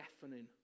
deafening